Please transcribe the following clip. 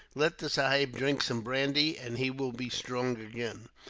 let the sahib drink some brandy, and he will be strong again.